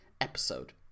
episode